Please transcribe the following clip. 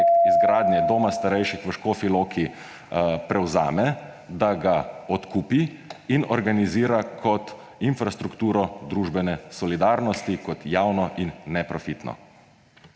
izgradnje doma starejših v Škofji Loki prevzame, da ga odkupi in organizira kot infrastrukturo družbene solidarnosti, kot javno in neprofitno?